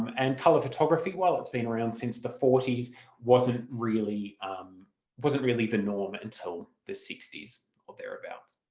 and colour photography, while it's been around since the forty s wasn't really um wasn't really the norm until the sixty s or thereabouts.